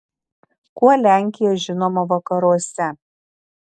kuo lenkija žinoma vakaruose